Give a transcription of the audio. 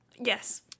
Yes